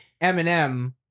Eminem